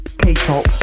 K-pop